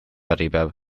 äripäev